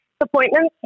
appointment